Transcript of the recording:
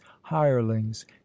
hirelings